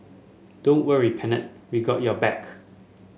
don't worry Pennant we got your back